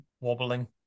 wobbling